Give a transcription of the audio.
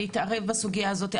להתערב בסוגיה הזאת.